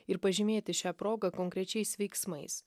ir pažymėti šią progą konkrečiais veiksmais